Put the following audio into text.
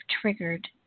triggered